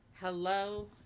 Hello